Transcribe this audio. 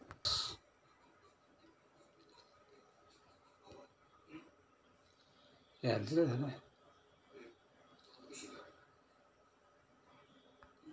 tax भरानी टाईमले जर एखादा माणूसनी म्युच्युअल फंड मा पैसा गुताडेल व्हतीन तेबी सी.ए ले सागनं पडस